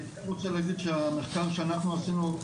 אני כן רוצה להגיד שהמחקר שאנחנו עשינו,